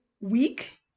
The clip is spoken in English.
week